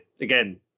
again